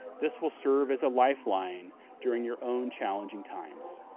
this will serve as a lifeline during your own challenging times.